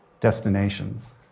Destinations